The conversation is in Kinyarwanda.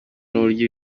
n’uburyo